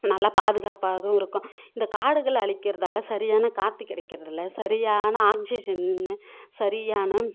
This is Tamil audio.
நல்லா பாதுகாப்பாகவும் இருக்கும் இந்த காடுகளை அழிக்கிறதால் சரியான காற்று கிடைக்கிறது இல்லை சரியான ஆக்ஜிஷன்னு சரியான